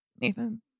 Nathan